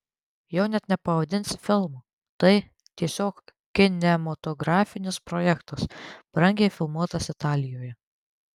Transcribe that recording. jo net nepavadinsi filmu tai tiesiog kinematografinis projektas brangiai filmuotas italijoje